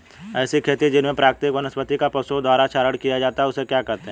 ऐसी खेती जिसमें प्राकृतिक वनस्पति का पशुओं द्वारा चारण किया जाता है उसे क्या कहते हैं?